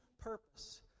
purpose